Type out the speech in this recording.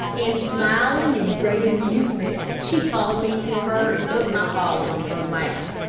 and smiling in great amusement, she called me to her and put my paws on her lap.